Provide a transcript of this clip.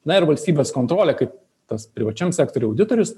na ir valstybės kontrolė kaip tas privačiam sektoriuj auditorius